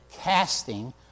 casting